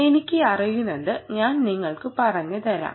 എനിക്ക് അറിയുന്നത് ഞാൻ നിങ്ങൾക്ക് പറഞ്ഞു തരാം